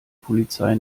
polizei